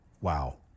wow